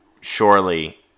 surely